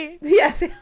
yes